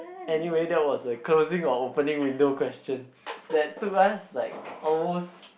anyway that was a closing or opening window question that two us like almost